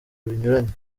binyuranye